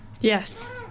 Yes